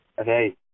Okay